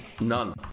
None